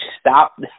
stop